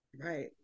right